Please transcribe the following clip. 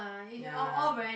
ya